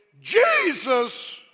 Jesus